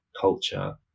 culture